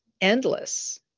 endless